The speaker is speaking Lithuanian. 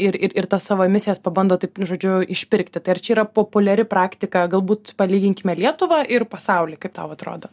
ir ir ir tas savo emisijas pabando taip nu žodžiu išpirkti tai ar čia yra populiari praktika galbūt palyginkime lietuvą ir pasaulį kaip tau atrodo